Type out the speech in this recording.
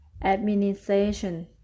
Administration